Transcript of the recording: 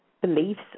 beliefs